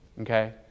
Okay